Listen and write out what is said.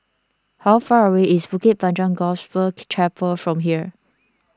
how far away is Bukit Panjang Gospel Chapel from here